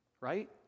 right